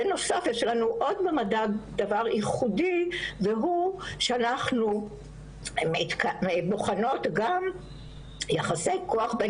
בנוסף יש לנו עוד במדד דבר ייחודי והוא שאנחנו בוחנות גם יחסי כוח בין